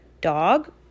Dog